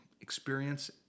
experience